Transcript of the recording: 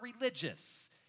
religious